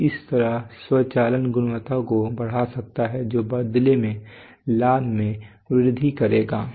तो इस तरह स्वचालन गुणवत्ता को बढ़ा सकता है जो बदले में लाभ में वृद्धि करेगा